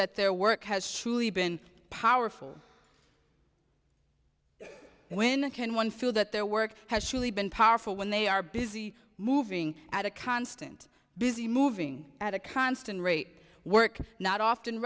that their work has truly been powerful when can one feel that their work has truly been powerful when they are busy moving at a constant busy moving at a constant rate work not often